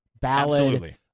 Ballad